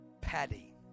Paddy